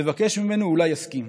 תבקש ממנו, אולי יסכים.